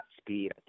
speed